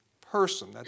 person